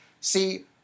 See